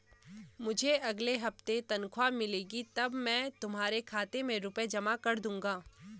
मुझे अगले हफ्ते तनख्वाह मिलेगी तब मैं तुम्हारे खाते में रुपए जमा कर दूंगा